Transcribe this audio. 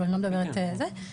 תודה.